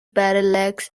parallax